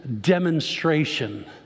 demonstration